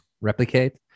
replicate